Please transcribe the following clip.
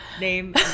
Name